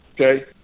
okay